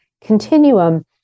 continuum